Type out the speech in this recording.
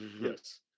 yes